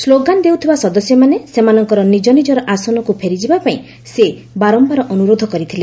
slogan ଦେଉଥିବା ସଦସ୍ୟମାନେ ସେମାନଙ୍କର ନିଜନିଜର ଆସନକୁ ଫେରିଯିବା ପାଇଁ ସେ ବାରମ୍ଭାର ଅନୁରୋଧ କରିଥିଲେ